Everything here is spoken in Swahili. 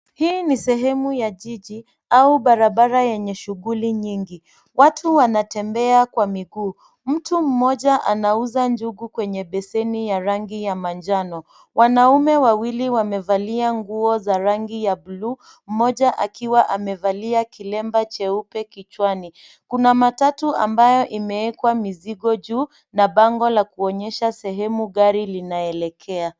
Hii ni sehemu ya jiji au barabara yenye shughuli nyingi. Watu wanatembea kwa miguu. Mtu mmoja anauza njugu kwenye beseni ya rangi ya manjano. Wanaume wawili wamevalia nguo za rangi ya blue mmoja akiwa amevalia kilemba cheupe kichwani. Kuna matatu ambayo imewekwa mizigo juu na bango la kuonyesha sehemu gari linaelekea.